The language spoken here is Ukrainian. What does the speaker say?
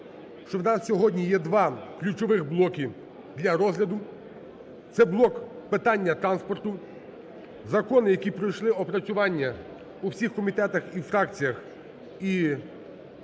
що у нас сьогодні є два ключових блоки для розгляду – це блок питання транспорту, закони, які пройшли опрацювання у всіх комітетах і фракціях і